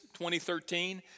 2013